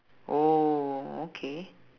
oh okay